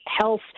health